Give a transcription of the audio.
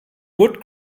wood